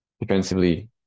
defensively